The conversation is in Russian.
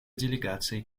делегации